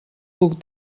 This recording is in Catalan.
puc